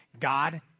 God